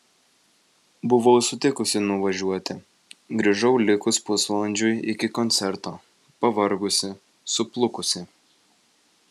buvau sutikusi nuvažiuoti grįžau likus pusvalandžiui iki koncerto pavargusi suplukusi